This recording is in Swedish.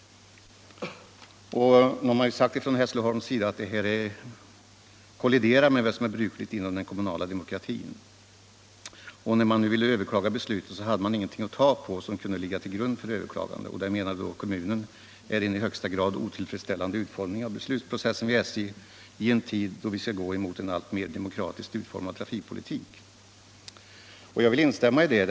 Man har sagt från Hässleholms kommuns sida att det här kolliderar med vad som är brukligt inom den kommunala demokratin. När man nu ville överklaga beslutet hade man ingenting att ta på som kunde ligga till grund för överklagande. Det menar kommunen är en i högsta grad otillfredsställande utformning av beslutsprocessen vid SJ i en tid då vi skall gå mot en alltmer demokratiskt utformad trafikpolitik. Jag vill instämma i detta.